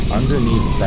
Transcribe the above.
underneath